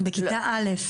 בכיתה א'.